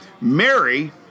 Mary